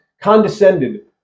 condescended